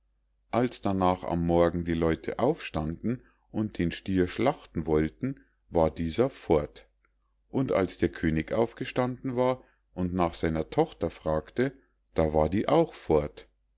als darnach am morgen die leute aufstanden und den stier schlachten wollten war dieser fort und als der könig aufgestanden war und nach seiner tochter fragte da war die auch fort